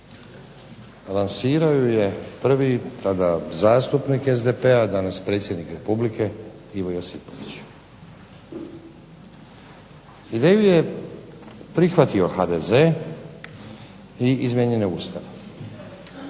Lansirao ju je prvi tada zastupnik SDP-a, danas predsjednik Republike Ivo Josipović. Ideju je prihvatio HDZ i izmijenjen je Ustav.